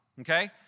okay